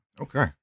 Okay